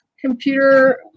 computer